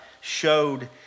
showed